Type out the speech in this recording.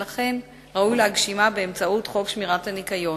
ולכן ראוי להגשימה באמצעות חוק שמירת הניקיון.